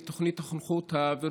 בנושא תוכנית החונכות הווירטואלית,